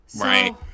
right